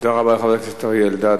תודה רבה לחבר הכנסת אריה אלדד,